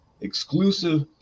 exclusive